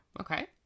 Okay